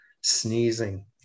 sneezing